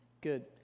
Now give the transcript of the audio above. good